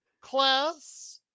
class